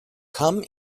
come